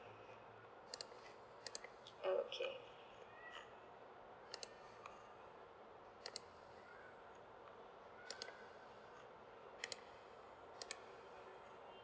okay